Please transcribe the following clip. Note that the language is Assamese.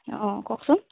অ' কওঁকচোন